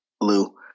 Lou